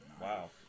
Wow